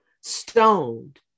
stoned